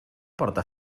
porta